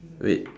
wait